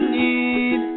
need